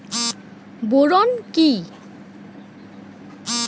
Boron কি?